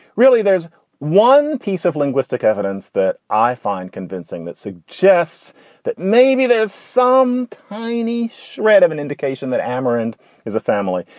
really. there's one piece of linguistic evidence that i find convincing that suggests that maybe there's some tiny shred of an indication that amarant is a family.